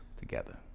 together